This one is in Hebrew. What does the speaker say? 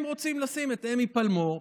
הם רוצים לשים את אמי פלמור,